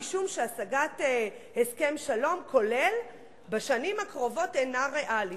משום שהשגת הסכם שלום כולל בשנים הקרובות אינה ריאלית.